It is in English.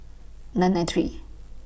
nine nine three